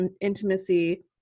intimacy